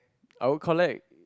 I will collect